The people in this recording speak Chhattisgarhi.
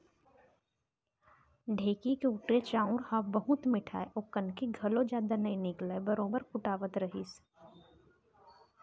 ढेंकी के कुटे चाँउर ह बहुत मिठाय अउ कनकी घलौ जदा नइ निकलय बरोबर कुटावत रहिस